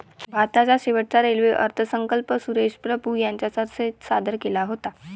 भारताचा शेवटचा रेल्वे अर्थसंकल्प सुरेश प्रभू यांनी संसदेत सादर केला होता